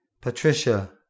Patricia